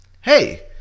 hey